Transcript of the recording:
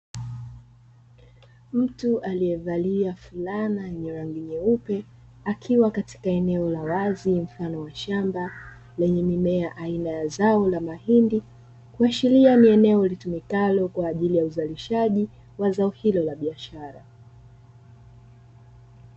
Mtu alievalia fulana yenye rangi nyeupe akiwa katika eneo la wazi mfano wa shamba lenye mimea aina ya zao la mahindi kuashiria ni eneo litumikalo kwa ajili ya uzalishaji wa zao hilo la biashara.